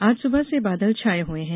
आज सुबह से बादल छाए हुए हैं